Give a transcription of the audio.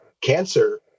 cancer